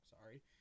Sorry